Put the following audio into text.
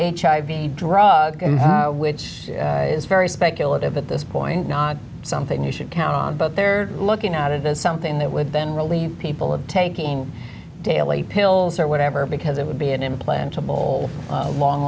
chivied drug which is very speculative at this point not something you should count on but they're looking at it as something that would then relieve people of taking daily pills or whatever because it would be an implantable long